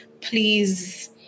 please